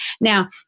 Now